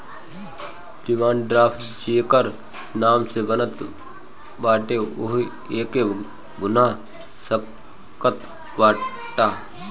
demand draft जेकरी नाम से बनत बाटे उहे एके भुना सकत बाटअ